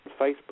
Facebook